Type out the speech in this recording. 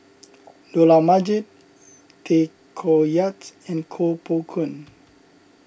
Dollah Majid Tay Koh Yat and Koh Poh Koon